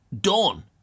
Dawn